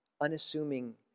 unassuming